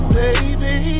baby